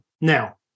Now